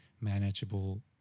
manageable